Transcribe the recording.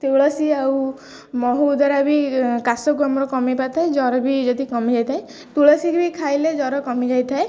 ତୁଳସୀ ଆଉ ମହୁ ଦ୍ୱାରା ବି କାଶକୁ ଆମର କମି ପାରିଥାଏ ଜ୍ୱର ବି ଯଦି କମିଯାଇଥାଏ ତୁଳସୀ ବି ଖାଇଲେ ଜ୍ୱର କମି ଯାଇଥାଏ